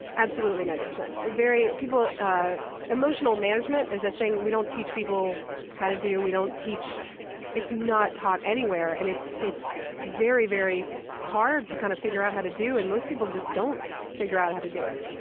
absolutely ninety percent. very people ah emotional management is a thing we don't teach people how to do, we don't teach it's not taught anywhere and it's it's very, very hard to kind of figure out how to do, and most people just don't figure out how to do it.